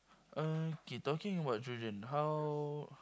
okay talking about children how